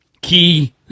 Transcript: key